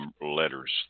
letters